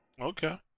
Okay